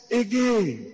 again